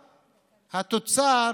התוצר,